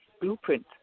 blueprint